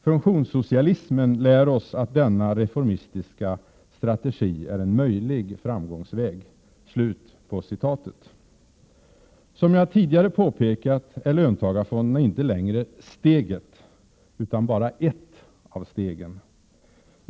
Funktionssocialismen lär oss att denna reformistiska strategi är en möjlig framgångsväg.” Som jag tidigare påpekat, är löntagarfonderna inte längre ”steget” utan bara ett av stegen.